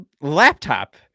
laptop